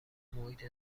محیط